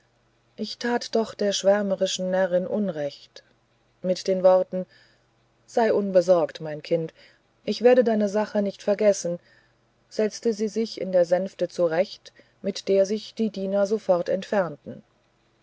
ich tat doch der schwärmerischen närrin unrecht mit den worten sei unbesorgt mein kind ich werde deine sache nicht vergessen setzte sie sich in der sänfte zurecht mit der sich die diener sofort entfernten